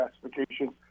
classification